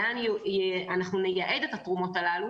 לאן נייעד את התרומות הללו